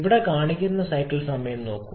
ഇവിടെ കാണിക്കുന്ന സൈക്കിൾ സമയം നോക്കൂ